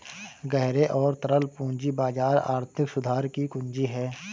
गहरे और तरल पूंजी बाजार आर्थिक सुधार की कुंजी हैं,